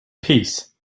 peace